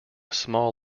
small